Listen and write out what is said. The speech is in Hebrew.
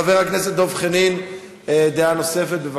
חבר הכנסת דב חנין, דעה נוספת, בבקשה.